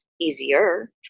easier